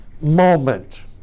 moment